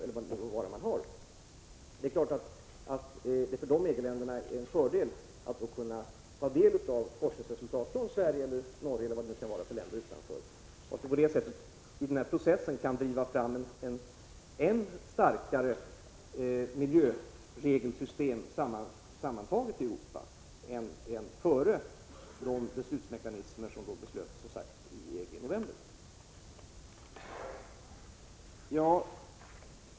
För dessa EG-länder är det naturligtvis en fördel att kunna ta del av forskningsresultat från Sverige, Norge eller något annat land utanför EG som på detta sätt i denna process kan driva fram ett än starkare miljöregelsystem i Europa än tidigare, innan man fattade beslut om beslutsmekanismer i EG i november.